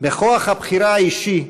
בכוח הבחירה האישי,